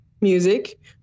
music